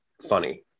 funny